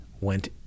went